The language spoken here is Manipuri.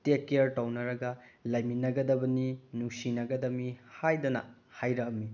ꯇꯦꯛ ꯀꯤꯌꯔ ꯇꯧꯅꯔꯒ ꯂꯩꯃꯤꯟꯅꯒꯗꯕꯅꯤ ꯅꯨꯡꯁꯤꯅꯒꯗꯃꯤ ꯍꯥꯏꯗꯅ ꯍꯥꯏꯔꯛꯑꯝꯃꯤ